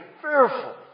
fearful